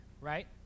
right